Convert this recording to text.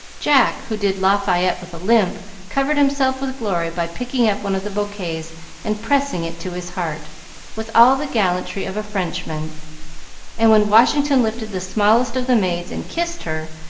jack, who did lafayette with a limp, covered himself with glory by picking up one of the bouquets and pressing it to his heart with all the gallantry of a frenchman and when washington lifted the smallest of the maids and kissed her,